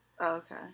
Okay